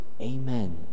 amen